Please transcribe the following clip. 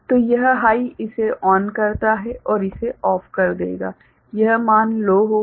तो यह हाइ इसे चालू करता है और इसे बंद कर देगा यह मान लो होगा